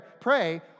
pray